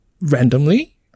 randomly